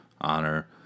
honor